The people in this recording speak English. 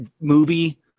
movie